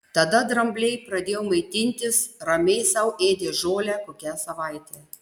tada drambliai pradėjo maitintis ramiai sau ėdė žolę kokią savaitę